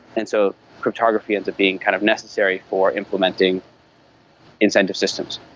and so cryptography as being kind of necessary for implementing incentive systems.